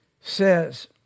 says